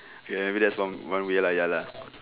okay maybe that's one one way ya lah